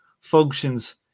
functions